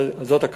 זאת הכוונה?